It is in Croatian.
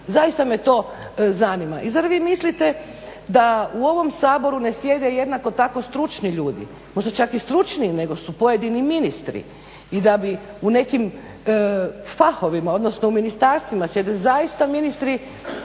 zaista zanima. I zar vi mislite da u ovom Saboru ne sjede jednako tako stručni ljudi možda čak i stručniji nego što su pojedini ministri i da bi u nekim fahovima, odnosno u ministarstvima sjede zaista ministri